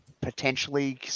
potentially